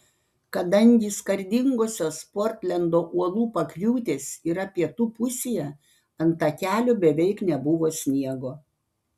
kadangi skardingosios portlendo uolų pakriūtės yra pietų pusėje ant takelio beveik nebuvo sniego